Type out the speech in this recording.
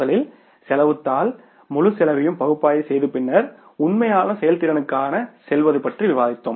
முதலில் செலவுத் தாள் முழு செலவையும் பகுப்பாய்வு செய்து பின்னர் உண்மையான செயல்திறனுக்காகச் செல்வது பற்றி விவாதித்தோம்